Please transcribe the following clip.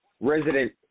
Resident